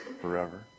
forever